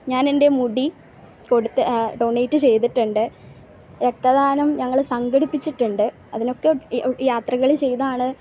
ഞാൻ എൻ്റെ മുടി കൊടുത്ത് ഡോണെറ്റ് ചെയ്തിട്ടുണ്ട് രക്തദാനം ഞങ്ങൾ സംഘടിപ്പിച്ചിട്ടുണ്ട് അതിനൊക്കെ യാത്രകൾ ചെയ്താണ്